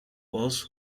walsh